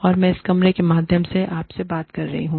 और मैं इस कैमरे के माध्यम से आपसे बात कर रहा हूं